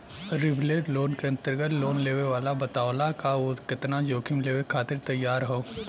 leverage loan क अंतर्गत loan लेवे वाला बतावला क उ केतना जोखिम लेवे खातिर तैयार हौ